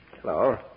Hello